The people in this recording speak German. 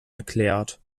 erklärt